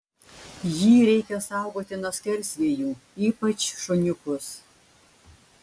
jį reikia saugoti nuo skersvėjų ypač šuniukus